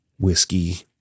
whiskey